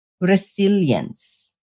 resilience